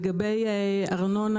לגבי ארנונה